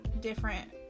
different